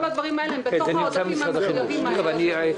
כל הדברים האלה הם בתוך העודפים המחויבים האלה.